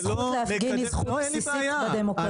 זה לא מקדם ----- והזכות להפגין היא זכות בסיסית בדמוקרטיה,